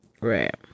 Right